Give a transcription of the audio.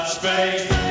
space